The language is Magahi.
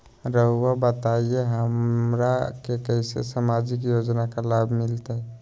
रहुआ बताइए हमरा के कैसे सामाजिक योजना का लाभ मिलते?